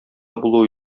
булуы